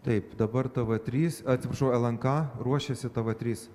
taip dabar tv trys atsiprašau lnk ruošiasi tv trys